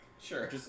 Sure